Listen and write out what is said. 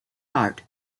heart